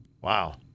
Wow